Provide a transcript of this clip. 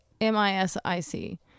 M-I-S-I-C